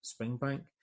Springbank